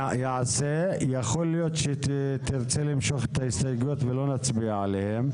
יכול להיות שתרצה למשוך את ההסתייגויות ולא נצביע עליהן.